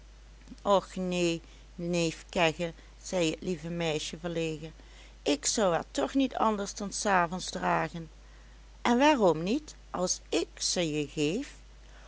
och neen neef kegge zei het lieve meisje verlegen ik zou haar toch niet anders dan s avonds dragen en waarom niet als ik ze je geef